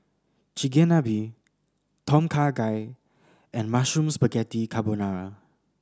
Chigenabe Tom Kha Gai and Mushroom Spaghetti Carbonara